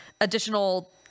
additional